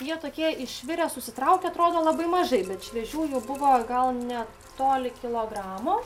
jie tokie išvirę susitraukia atrodo labai mažai bet šviežių jų buvo gal netoli kilogramo